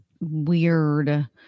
weird